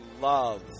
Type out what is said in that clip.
love